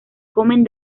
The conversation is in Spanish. comen